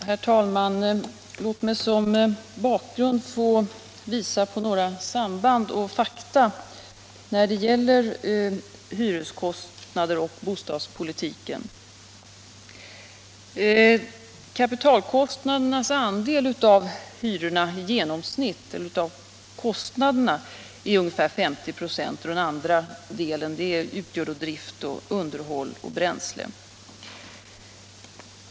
Herr talman! Låt mig som bakgrund få visa på några samband och fakta när det gäller hyreskostnader och bostadspolitik. Kapitalkostnadernas andel av kostnaderna i genomsnitt är ungefär 50 96 och den andra delen utgör drift, underhåll och bränsle.